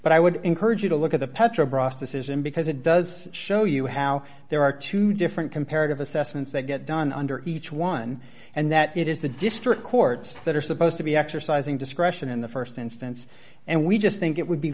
but i would encourage you to look at the petrobras decision because it does show you how there are two different comparative assessments that get done under each one and that it is the district courts that are supposed to be exercising discretion in the st instance and we just think it would be